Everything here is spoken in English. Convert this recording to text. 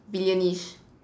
villain ~ish